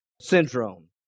syndrome